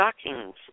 stockings